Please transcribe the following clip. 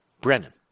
Brennan